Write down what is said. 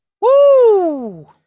Woo